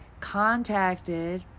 contacted